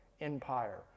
Empire